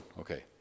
okay